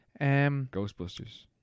Ghostbusters